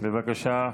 בבקשה,